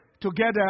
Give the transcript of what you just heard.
together